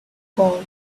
called